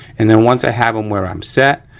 and then once i have them where i'm set,